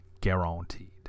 Guaranteed